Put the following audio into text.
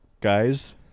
guys